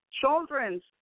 childrens